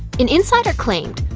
an insider claimed,